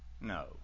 No